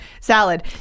salad